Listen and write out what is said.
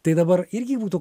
tai dabar irgi būtų